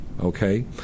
Okay